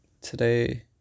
today